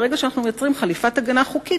ברגע שאנחנו מייצרים חליפת הגנה חוקית,